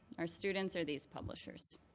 our students or these publishers?